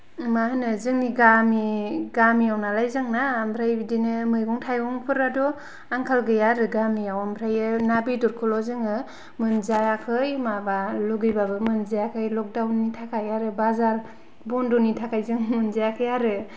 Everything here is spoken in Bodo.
मा होनो जोंनि गामि गामियाव नालाय जोंना ओमफ्राय बिदिनो मैगं थाइगंफोराथ' आंखाल गैया आरो गामियाव ओमफ्रायो ना बेदरखौल' जोङो मोनजायाखै माबा लुगैबाबो मोनजायाखै लकदाउननि थाखाय आरो बाजार बन्द'नि थाखाय जों मोनजायाखै आरो